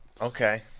Okay